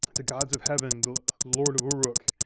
the gods of heaven, the lord of uruk.